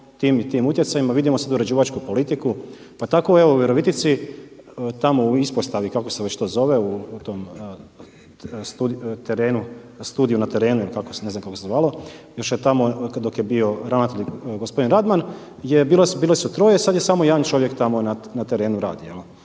tim utjecajima. Vidimo sada uređivačku politiku pa tako u Virovitici tamo u ispostavi kako se to već zove u studiju na terenu ne znam kako se zvalo, još tamo dok je bio ravnatelj gospodin Radman, bile su troje sada je samo jedan čovjek tamo na terenu radi.